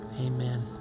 amen